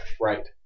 Right